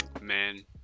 man